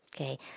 Okay